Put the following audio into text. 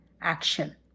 action